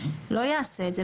לא יעשה את זה,